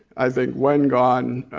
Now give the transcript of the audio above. i think when gone